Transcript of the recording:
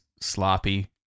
sloppy